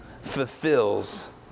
fulfills